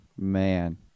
man